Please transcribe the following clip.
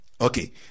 Okay